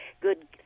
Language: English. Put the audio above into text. good